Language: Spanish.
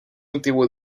antiguo